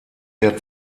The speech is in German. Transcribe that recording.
der